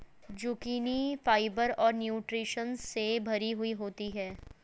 zucchini fibre और nutritions से भरी हुई होती है